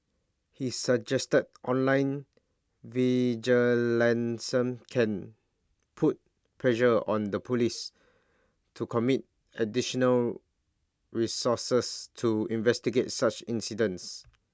he suggested online can put pressure on the Police to commit additional resources to investigate such incidents